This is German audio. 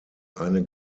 eine